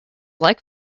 like